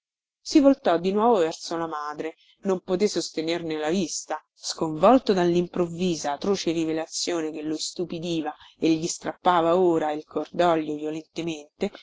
si voltò di nuovo verso la madre non poté sostenerne la vista sconvolto dallimprovvisa atroce rivelazione che lo istupidiva e gli strappava ora il cordoglio violentemente